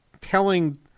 telling